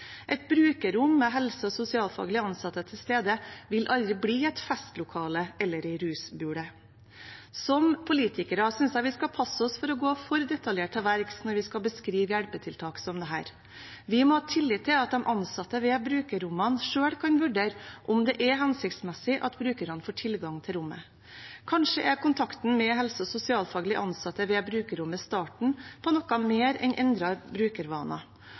Et brukerrom med helse- og sosialfaglig ansatte til stede vil aldri bli et festlokale – eller en rusbule. Som politikere synes jeg vi skal passe oss for å gå for detaljert til verks når vi skal beskrive hjelpetiltak som dette. Vi må ha tillit til at de ansatte ved brukerrommene selv kan vurdere om det er hensiktsmessig at brukerne får tilgang til rommet. Kanskje er kontakten med helse- og sosialfaglig ansatte ved brukerrommet starten på noe mer enn